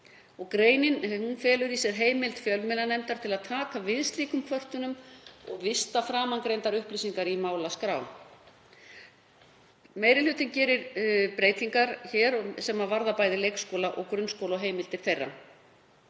Greinin felur í sér heimild fjölmiðlanefndar til að taka við slíkum kvörtunum og vista framangreindar upplýsingar í málaskrá. Meiri hlutinn gerir breytingar hér sem varða bæði leikskóla og grunnskóla og heimildir þeirra.